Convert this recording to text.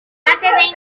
fases